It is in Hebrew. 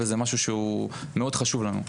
וזה משהו שהוא חשוב לנו מאוד.